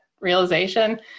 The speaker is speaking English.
realization